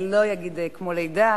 אני לא אגיד כמו לידה,